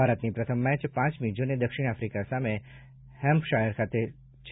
ભારતની પ્રથમ મેચ પાંચમી જૂને દક્ષિણ આફ્રિકા સામે હેમ્પશાયર ખાતે છે